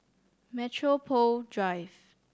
Metropole Drive